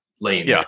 Lane